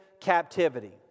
captivity